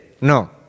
No